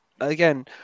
again